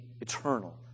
eternal